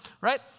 right